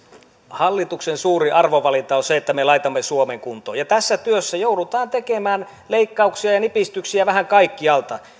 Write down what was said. hallituksen suuri arvovalinta on se että me laitamme suomen kuntoon ja tässä työssä joudutaan tekemään leikkauksia ja nipistyksiä vähän kaikkialta